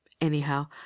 Anyhow